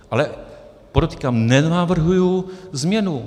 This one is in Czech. Ale podotýkám, nenavrhuji změnu.